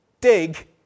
dig